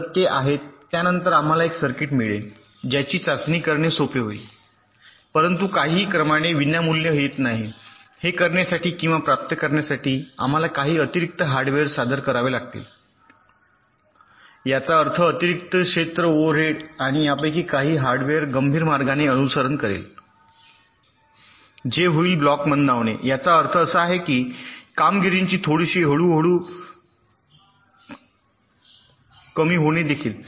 जर ते आहेत त्यानंतर आम्हाला एक सर्किट मिळेल ज्याची चाचणी करणे सोपे होईल परंतु काहीही क्रमाने विनामूल्य येत नाही हे करण्यासाठी किंवा प्राप्त करण्यासाठी आम्हाला काही अतिरिक्त हार्डवेअर सादर करावे लागतील याचा अर्थ अतिरिक्त क्षेत्र ओव्हरहेड आणि यापैकी काही हार्डवेअर गंभीर मार्गाने अनुसरण करेल जे होईल ब्लॉक मंदावणे ज्याचा अर्थ असा आहे की कामगिरीची थोडीशी हळूहळू कमी होणे देखील